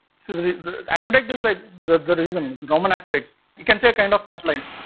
so the aqueduct is like the the reason, the government aqueducts. you can say kind of pipelines.